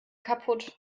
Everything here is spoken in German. kaputt